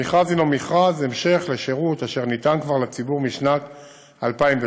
המכרז הנו מכרז המשך לשירות אשר ניתן כבר לציבור משנת 2006,